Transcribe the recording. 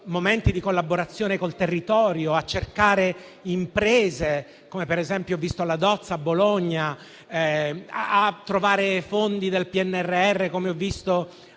momenti di collaborazione con il territorio, che provano a cercare imprese, come per esempio la Dozza a Bologna, o a trovare fondi del PNRR, come ho visto